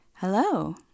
Hello